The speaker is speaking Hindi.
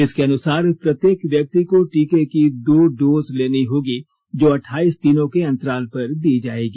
इसके अनुसार प्रत्येक व्यक्ति को टीके की दो डोज लेनी होगी जो अठाइस दिनों के अंतराल पर दी जाएगी